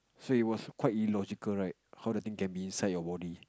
so it was quite illogical right how the thing can be inside your body